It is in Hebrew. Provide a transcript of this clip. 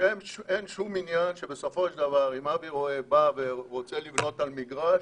שאין שום עניין שבסופו של דבר אם אבי רואה בא ורוצה לבנות על מגרש